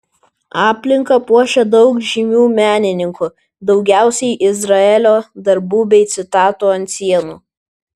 aplinką puošia daug žymių menininkų daugiausiai izraelio darbų bei citatų ant sienų